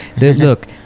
look